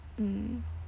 mm